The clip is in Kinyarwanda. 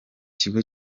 kigo